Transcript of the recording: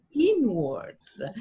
inwards